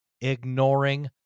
Ignoring